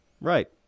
Right